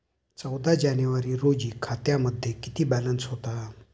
चौदा जानेवारी रोजी खात्यामध्ये किती बॅलन्स होता?